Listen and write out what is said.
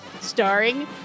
starring